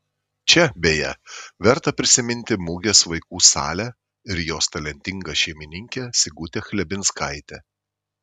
čia beje verta prisiminti mugės vaikų salę ir jos talentingą šeimininkę sigutę chlebinskaitę